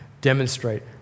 demonstrate